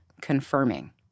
confirming